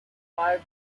clive